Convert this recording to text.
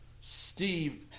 Steve